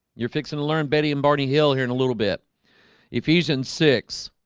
you're fixing to learn betty and barney hill here in a little bit if he's in six